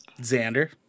Xander